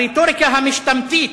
הרטוריקה המשטמתית,